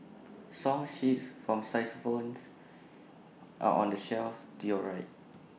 song sheets for xylophones are on the shelf to your right